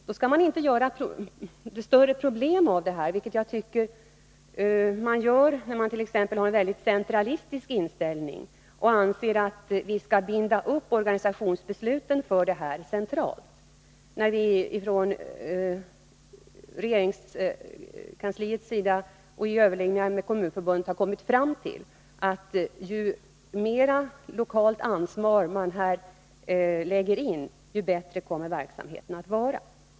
Då skall man inte göra större problem av detta, vilket jag tycker man gör när man t.ex. har en mycket centralistisk inställning och anser att vi skall binda upp organisationsbesluten centralt. Från regeringens sida har vi i överläggningar med Kommunförbundet kommit fram till att ju mera lokalt ansvar man här lägger in, desto bättre kommer verksamheten att vara.